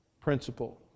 principle